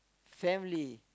family